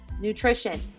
nutrition